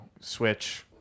Switch